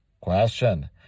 Question